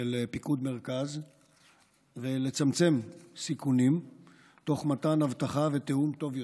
של פיקוד מרכז ולצמצם סיכונים תוך מתן אבטחה ותיאום טוב יותר.